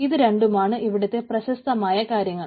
ഇതു രണ്ടുമാണ് ഇവിടുത്തെ പ്രശസ്തമായ കാര്യങ്ങൾ